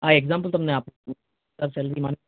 આ એક્સઝામ્પલ તમને આપું છું તમારી સેલરી માન લો કે